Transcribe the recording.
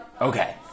okay